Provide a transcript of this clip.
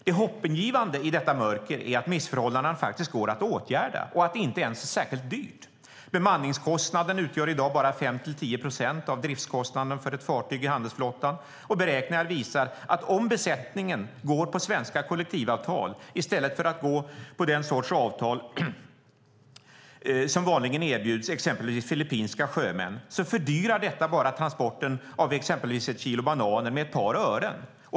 Det hoppingivande i detta mörker är att missförhållandena faktiskt går att åtgärda och att det inte ens är särskilt dyrt. Bemanningskostnaden utgör i dag bara 5-10 procent av driftskostnaden för ett fartyg i handelsflottan, och beräkningar visar att om besättningen går på svenska kollektivavtal i stället för att gå på den sorts avtal som vanligen erbjuds exempelvis filippinska sjömän fördyrar detta transporten av exempelvis ett kilo bananer med bara ett par ören.